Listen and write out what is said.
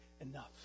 enough